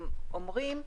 אומרים,